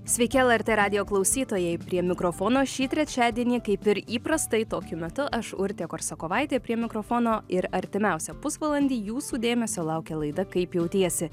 sveiki lrt radijo klausytojai prie mikrofono šį trečiadienį kaip ir įprastai tokiu metu aš urtė korsakovaitė prie mikrofono ir artimiausią pusvalandį jūsų dėmesio laukia laida kaip jautiesi